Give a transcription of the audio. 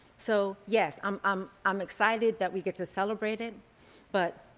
so yes, i'm um um excited that we get to celebrate it but